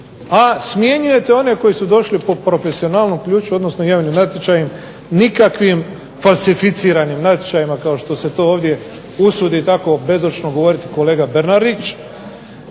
a smjenjujete one koji su došli po profesionalnom ključu, odnosno javnim natječajem nikakvim falsificiranim natječajima kao što se to ovdje usudi tako bezočno govoriti kolega Bernardić.